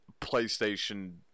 PlayStation